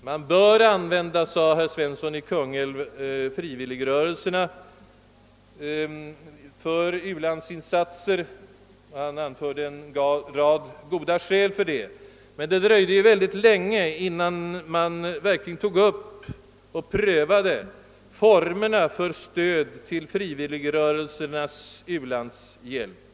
Vi bör, sade herr Svensson i Kungälv, medvetet använda de frivilliga rörelserna för u-landsinsatser, och han anförde en rad goda skäl härför. Det dröjde dock ganska länge innan man verkligen började pröva olika former av stöd till frivilliga rörelsers ulandshjälp.